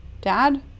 dad